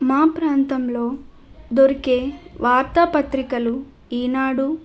మా ప్రాంతంలో దొరికే వార్తాపత్రికలు ఈనాడు